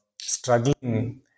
struggling